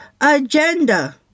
agenda